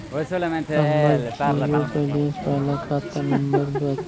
हमर zero balance बाला खाता नम्बर बत?